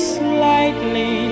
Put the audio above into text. slightly